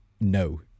no